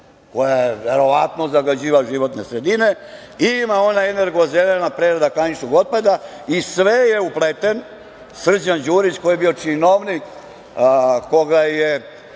koja je verovatno zagađivače životne sredine, ima ona energozelena prerada klaničnog otpada i sve je upleten Srđan Đurić koji je bio činovnik, koga je